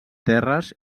terres